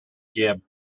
gibb